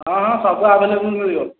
ହଁ ହଁ ସବୁ ଆଭେଲେବୁଲ୍ ମିଳିବ